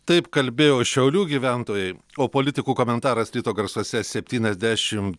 taip kalbėjo šiaulių gyventojai o politikų komentaras ryto garsuose septyniasdešim